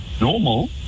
normal